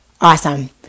Awesome